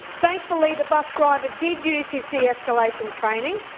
thankfully the bus driver did use his de-escalation training,